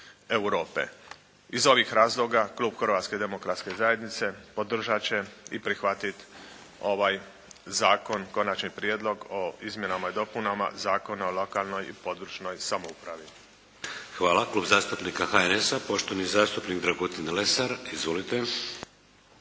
Iz ovih razloga klub Hrvatske demokratske zajednice podržat će i prihvatiti ovaj Zakon, Konačni prijedlog o izmjenama i dopunama Zakona o lokalnoj i područnoj samoupravi. **Šeks, Vladimir (HDZ)** Hvala. Klub zastupnika HNS-a, poštovani zastupnik Dragutin Lesar. Izvolite.